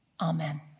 Amen